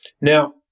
Now